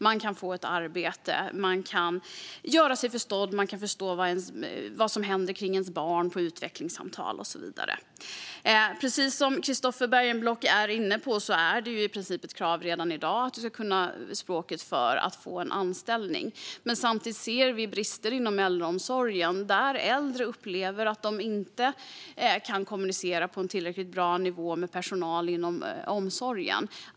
Man kan få ett arbete, man kan göra sig förstådd, man kan förstå vad som händer kring ens barn på utvecklingssamtal och så vidare. Precis som Christofer Bergenblock är inne på är det i princip ett krav redan i dag att du ska kunna språket för att få en anställning. Samtidigt ser vi brister inom äldreomsorgen där äldre upplever att de inte kan kommunicera på en tillräckligt bra nivå med personalen.